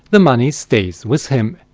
the money stays with him.